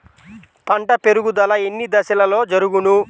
పంట పెరుగుదల ఎన్ని దశలలో జరుగును?